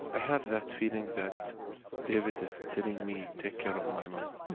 have that feeling that david is telling me, take care of my mother.